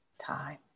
time